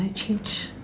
I change